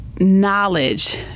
knowledge